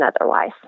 otherwise